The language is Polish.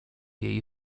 jej